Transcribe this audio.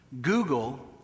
Google